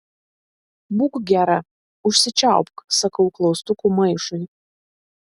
būk gera užsičiaupk sakau klaustukų maišui